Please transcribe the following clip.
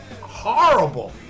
horrible